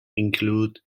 include